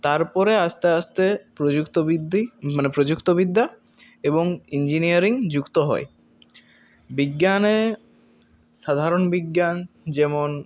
তারপরে আস্তে আস্তে প্রযুক্তবিদ্যা মানে প্রযুক্তবিদ্যা এবং ইঞ্জিনিয়ারিং যুক্ত হয় বিজ্ঞানে সাধারণ বিজ্ঞান যেমন